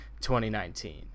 2019